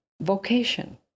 Vocation